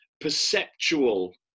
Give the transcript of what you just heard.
perceptual